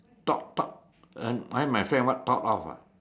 thought thought what my friend what thought of ah